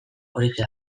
horixe